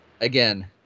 again